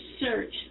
search